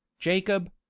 jacob,